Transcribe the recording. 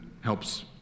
helps